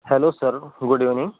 hello sir good evening